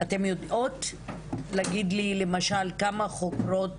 אתן יודעות להגיד לי, למשל, כמה חוקרות